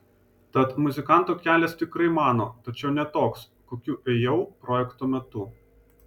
tad muzikanto kelias tikrai mano tačiau ne toks kokiu ėjau projekto metu